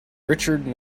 richard